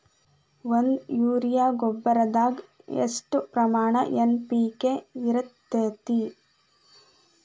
ಒಂದು ಯೂರಿಯಾ ಗೊಬ್ಬರದಾಗ್ ಎಷ್ಟ ಪ್ರಮಾಣ ಎನ್.ಪಿ.ಕೆ ಇರತೇತಿ?